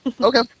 Okay